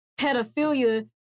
pedophilia